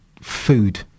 food